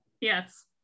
Yes